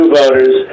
voters